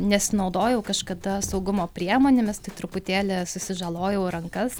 nesinaudojau kažkada saugumo priemonėmis tai truputėlį susižalojau rankas